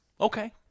Okay